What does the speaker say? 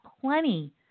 plenty